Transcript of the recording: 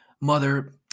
mother